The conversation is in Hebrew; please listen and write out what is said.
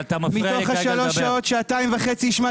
מתוך שלוש השעות השמעתי מוזיקה במשך שעתיים וחצי.